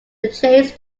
chase